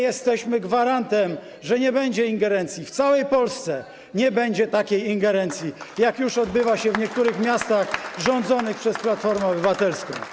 Jesteśmy gwarantem, że nie będzie ingerencji, że w całej Polsce nie będzie takiej ingerencji, jaka już odbywa się w niektórych miastach rządzonych przez Platformę Obywatelską.